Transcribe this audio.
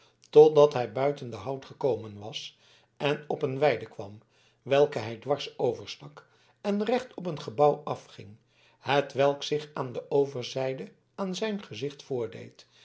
totdat hij buiten den hout gekomen was en op een weide kwam welke hij dwars overstak en recht op een gebouw afging hetwelk zich aan de overzijde aan zijn gezicht voordeed